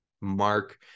mark